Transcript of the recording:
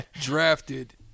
drafted